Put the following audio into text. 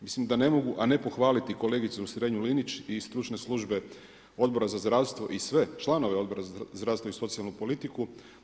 Mislim da ne mogu, a ne pohvaliti kolegicu Strenju Linić i stručne službe Odbora za zdravstvo i sve članove Odbora za zdravstvo i socijalnu politiku.